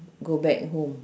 go back home